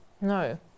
No